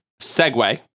segue